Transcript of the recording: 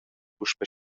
puspei